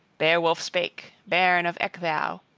beowulf spake, bairn of ecgtheow